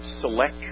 select